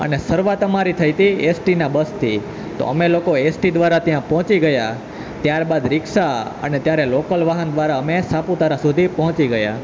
અને શરૂઆત અમારી થઈ હતી એસટીના બસથી તો અમે લોકો એસટી દ્વારા ત્યાં પહોંચી ગયા ત્યાર બાદ રિક્ષા અને ત્યારે લોકલ વાહન દ્રારા અમે સાપુતારા સુધી પહોંચી ગયા